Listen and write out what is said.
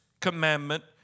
commandment